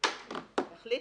החליט